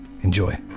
enjoy